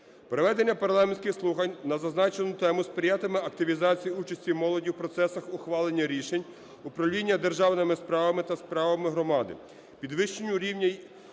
Проведення парламентських слухань на зазначену тему сприятиме активізації участі молоді в процесах ухвалення рішень, управління державними справами та справами громади, підвищенню рівня